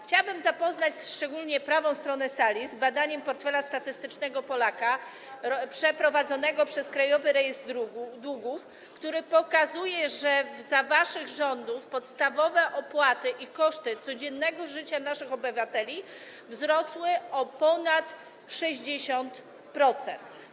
Chciałabym zapoznać, szczególnie prawą stronę sali, z badaniem pn. „Portfel statystycznego Polaka” przeprowadzonym przez Krajowy Rejestr Długów, które pokazuje, że za waszych rządów podstawowe opłaty i codzienne wydatki, koszty życia naszych obywateli wzrosły o ponad 60%.